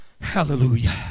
Hallelujah